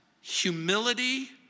humility